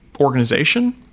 organization